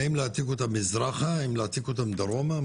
האם להעתיק אותם מזרחה, אם להעתיק אותם דרומה?